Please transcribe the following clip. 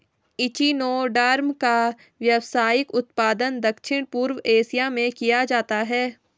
echinoderm का व्यावसायिक उत्पादन दक्षिण पूर्व एशिया में किया जाता है